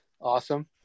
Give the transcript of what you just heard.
awesome